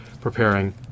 preparing